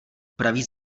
upraví